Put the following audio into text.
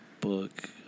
book